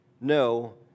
No